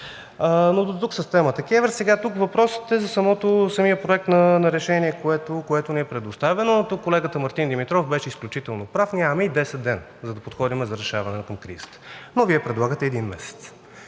Но дотук с темата КЕВР. Тук въпросът е за самия проект на решение, което ни е предоставено. Тук колегата Мартин Димитров беше изключително прав – нямаме и десет дни, за да подходим към решаване на кризата, но Вие предлагате един месец.